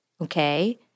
okay